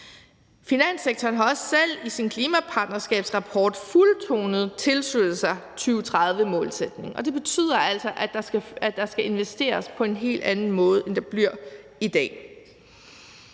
Finanssektoren har også selv i sin klimapartnerskabsrapport fuldtonet tilsluttet sig 2030-målsætningen. Det betyder altså, at der skal investeres på en helt anden måde, end der bliver i dag.